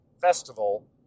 festival